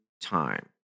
time